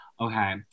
Okay